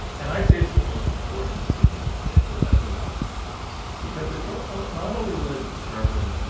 and i say it's the most important decision that you'll ever make because it won't no not only will it determine